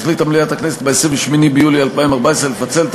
החליטה מליאת הכנסת ב-28 ביולי 2014 לפצל את